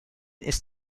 ist